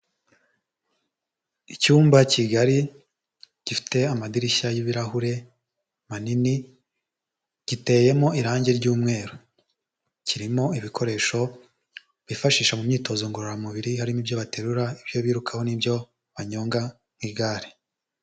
Icyumba kigari gifite amadirishya y'ibirahure manini, giteyemo irangi ry'umweru, kirimo ibikoresho bifashisha mu myitozo ngororamubiri, harimo ibyo baterura ibyo birukaho n'ibyo banyonga nk'igare.